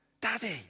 Daddy